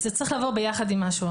זה צריך לבוא ביחד עם משהו,